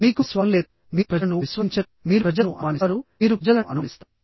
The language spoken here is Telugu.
మీకు విశ్వాసం లేదు మీరు ప్రజలను విశ్వసించరు మీరు ప్రజలను అనుమానిస్తారు మీరు ప్రజలను అనుమానిస్తారు